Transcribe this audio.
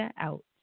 out